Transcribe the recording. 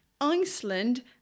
Iceland